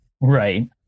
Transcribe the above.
right